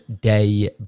Day